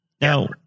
Now